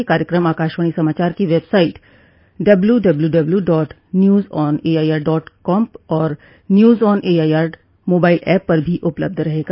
यह कार्यक्रम आकाशवाणी समाचार की वेबसाइट डब्ल्यूडब्ल्यूडब्ल्यू dot news on AIR dot com और news on AIR mobile app पर भी उपलब्ध रहेगा